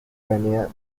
avenida